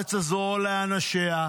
לארץ הזו ולאנשיה,